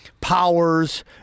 powers